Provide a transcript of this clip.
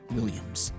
Williams